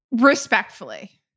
Respectfully